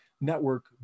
network